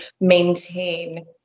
maintain